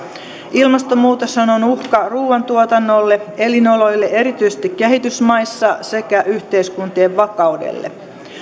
ilmastonmuutoshan on uhka ruuantuotannolle elinoloille erityisesti kehitysmaissa sekä yhteiskuntien vakaudelle